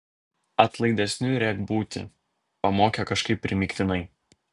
atlaidesniu rek būti pamokė kažkaip primygtinai